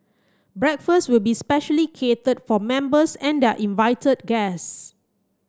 breakfast will be specially catered for members and their invited guest